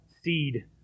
seed